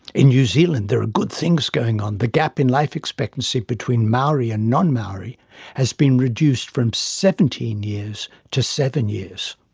in new zealand there are good things going on the gap in life expectancy between maori and non-maori has been reduced from seventeen years to seven years.